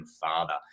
father